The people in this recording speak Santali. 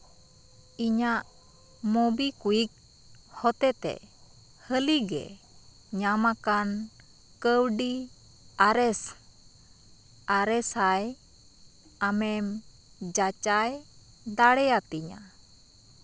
ᱤᱧᱟᱹᱜ ᱢᱩᱵᱤ ᱠᱚᱭᱮᱠ ᱦᱚᱛᱮᱛᱮ ᱦᱟᱹᱞᱤᱜᱮ ᱧᱟᱢ ᱟᱠᱟᱱ ᱠᱟᱹᱣᱰᱤ ᱟᱨᱮᱥ ᱟᱨᱮ ᱥᱟᱭ ᱟᱢᱮᱢ ᱡᱟᱪᱟᱭ ᱫᱟᱲᱮ ᱟᱹᱛᱤᱧᱟ